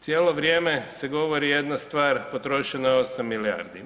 Cijelo vrijeme se govori jedna stvar potrošeno je 8 milijardi.